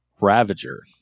Ravager